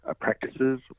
practices